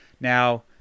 Now